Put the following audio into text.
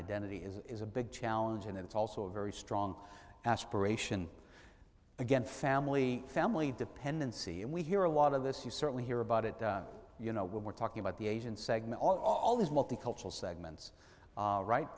identity is a big challenge and it's also a very strong aspiration against family family dependency and we hear a lot of this you certainly hear about it you know when we're talking about the asian segment all these multicultural segments right